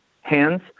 hands